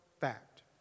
fact